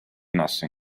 nothing